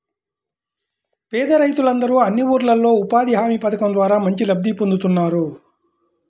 పేద రైతులందరూ అన్ని ఊర్లల్లో ఉపాధి హామీ పథకం ద్వారా మంచి లబ్ధి పొందుతున్నారు